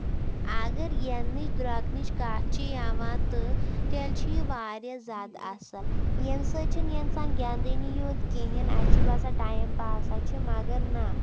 اَگر گِندنٕچ دروٚکنٕچ کَتھ چھِ یِوان تہٕ تیٚلہِ چھُ یہِ واریاہ زیادٕ اَصٕل ییٚمہِ سۭتۍ چھُ نہٕ اِنسان گِندٲنی یوت کِہینۍ نہٕ اَسہِ چھُ باسان ٹایم پاسا چھُ مَگر نہ